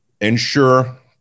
ensure